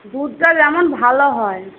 দুধটা যেন ভালো হয়